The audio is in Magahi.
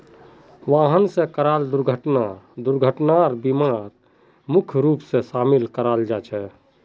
वाहन स कराल दुर्घटना दुर्घटनार बीमात मुख्य रूप स शामिल कराल जा छेक